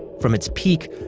from its peak,